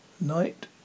Night